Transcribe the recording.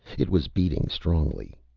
it was beating strongly.